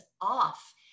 off